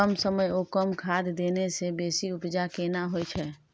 कम समय ओ कम खाद देने से बेसी उपजा केना होय छै?